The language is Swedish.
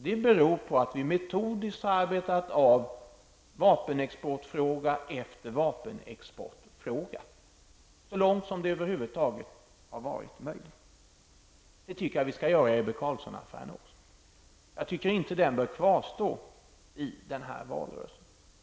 Det beror på att vi metodiskt arbetat av vapenexportfråga efter vapenexportfråga så långt som det över huvud taget har varit möjligt. Det tycker jag att vi skall göra i Ebbe Carlssonaffären också. Jag tycker inte den bör kvarstå i denna valrörelse.